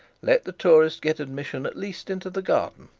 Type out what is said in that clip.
let the tourist get admission at least into the garden,